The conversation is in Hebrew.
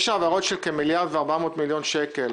יש העברות של 1.4 מיליארד שקלים